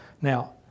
Now